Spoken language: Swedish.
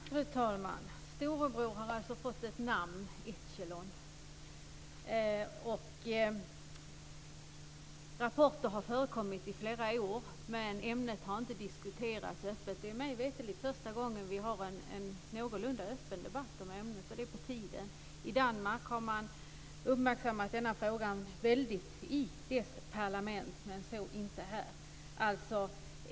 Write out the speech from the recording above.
Fru talman! Storebror har alltså fått ett namn: Echelon. Rapporter har förekommit i flera år, men ämnet har inte diskuterats öppet. Det är mig veterligen första gången vi har en någorlunda öppen debatt om ämnet, och det är på tiden. I Danmark har man uppmärksammat denna fråga i parlamentet, men så inte här.